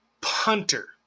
punter